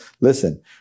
listen